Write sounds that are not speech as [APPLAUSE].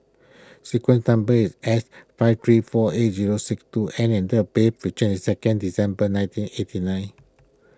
sequence number is S five three four eight zero six two N and the bait [UNINTELLIGIBLE] is second December nineteen eighty nine